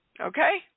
Okay